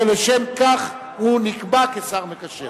שלשם כך הוא נקבע כשר מקשר.